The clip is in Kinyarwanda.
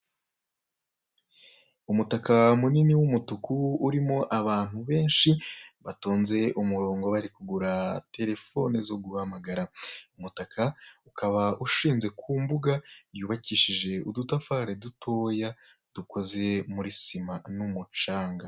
Umutaka munini w'umutuku urimo abantu benshi, batonze umurongo bari kugura terefone zo guhamagara. Umutaka ukaba ushinze ku mbuga, yubakishije dutafari dutoya dukoze muri sima n'umucanga.